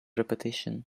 repetition